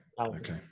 Okay